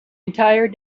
entire